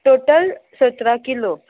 total सतरा kilo